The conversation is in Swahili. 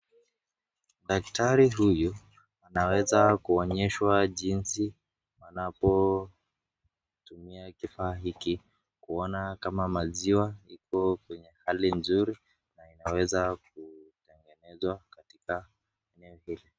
Daktari huyu anaweza kuonyeshwa jinsi wanapotumia kifaa hiki kuona kama maziwa iko kwenye hali nzuri, na inaweza kutengenezwa katika eneo hili.